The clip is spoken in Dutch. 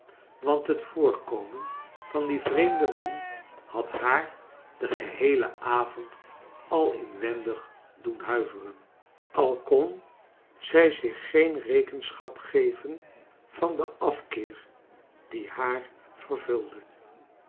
want het voorkomen van dien vreemden man had haar den geheelen avond al inwendig doen huiveren al kon zij zich geen rekenschap geven van den afkeer die haar vervulde